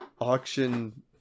auction